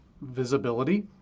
visibility